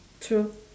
true